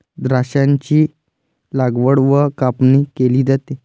द्राक्षांची लागवड व कापणी केली जाते